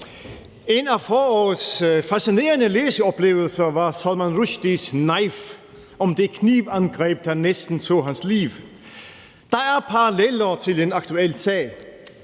En af forårets fascinerende læseoplevelser var Salman Rushdies »Knife« om det knivangreb, der næsten tog hans liv. Der er paralleller til en aktuel sag.